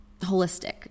holistic